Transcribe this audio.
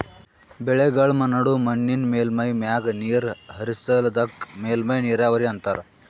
ಬೆಳೆಗಳ್ಮ ನಡು ಮಣ್ಣಿನ್ ಮೇಲ್ಮೈ ಮ್ಯಾಗ ನೀರ್ ಹರಿಸದಕ್ಕ ಮೇಲ್ಮೈ ನೀರಾವರಿ ಅಂತಾರಾ